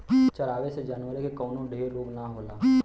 चरावे से जानवर के कवनो ढेर रोग ना होला